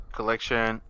Collection